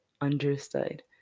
Understood